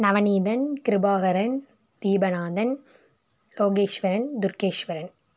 Navaneethan Kirubakaran Theepanathan Yogeswaran Thurkeswaran